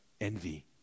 envy